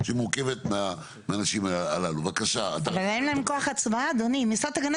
מאחר שיש הרבה בחורים נחמדים כמוך בגיל 17 ומאחר